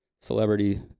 Celebrity